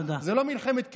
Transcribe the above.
זו לא מלחמת קרדיט,